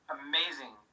amazing